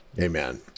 Amen